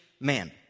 man